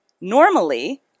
normally